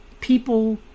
People